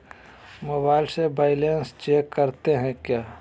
Mobile से balance check करते हैं क्या?